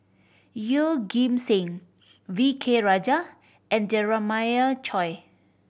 Yeoh Ghim Seng V K Rajah and Jeremiah Choy